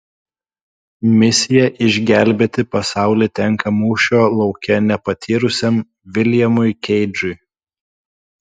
misija išgelbėti pasaulį tenka mūšio lauke nepatyrusiam viljamui keidžui